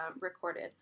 recorded